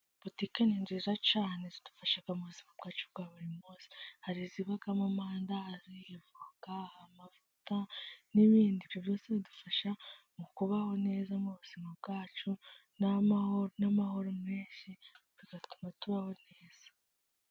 Butika ni nziza cyane, zidufasha mu buzima bwacu bwa buri munsi. Bari izibamo amandazi, amavuta n'ibindi byose bidufasha mu kubaho neza, mu buzima bwacu n'amahoro menshi, bigatuma tubaho neza.